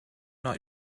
not